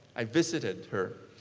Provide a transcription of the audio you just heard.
i visited her.